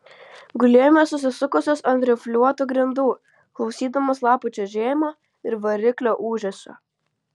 gulėjome susisukusios ant rifliuotų grindų klausydamos lapų čežėjimo ir variklio ūžesio